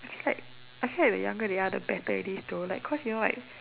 I like I feel like the younger they are the better it is to like cause you know like